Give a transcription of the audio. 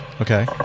Okay